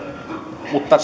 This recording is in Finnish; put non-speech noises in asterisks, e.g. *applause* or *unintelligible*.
mutta *unintelligible*